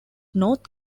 north